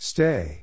Stay